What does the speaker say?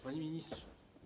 Panie Ministrze!